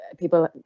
people